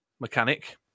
mechanic